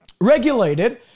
regulated